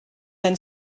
then